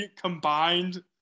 Combined